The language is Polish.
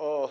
O